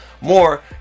more